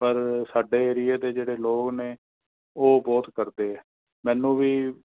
ਪਰ ਸਾਡੇ ਏਰੀਏ ਦੇ ਜਿਹੜੇ ਲੋਕ ਨੇ ਉਹ ਬਹੁਤ ਕਰਦੇ ਹੈ ਮੈਨੂੰ ਵੀ